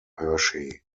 hershey